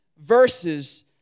verses